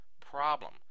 problem